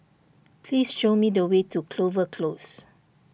please show me the way to Clover Close